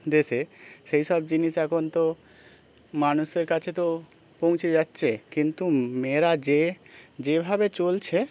দেশে সেই সব জিনিস এখন তো মানুষের কাছে তো পৌঁছে যাচ্ছে কিন্তু মেয়েরা যে যেভাবে চলছে